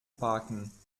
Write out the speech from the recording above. parken